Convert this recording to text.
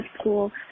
school